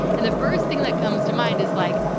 and the first thing that comes to mind is like,